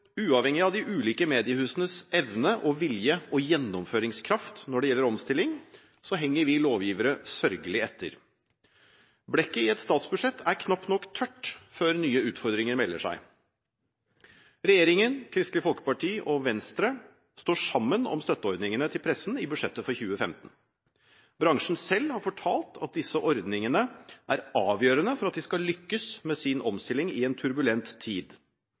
uavhengig av de ulike mediehusenes evne, vilje og gjennomføringskraft når det gjelder omstilling, henger vi lovgivere sørgelig etter. Blekket i et statsbudsjett er knapt nok tørt før nye utfordringer melder seg. Regjeringen, Kristelig Folkeparti og Venstre står sammen om støtteordningene til pressen i budsjettet for 2015. Bransjen selv har fortalt at disse ordningene er avgjørende for at de skal lykkes med sin omstilling i en turbulent tid.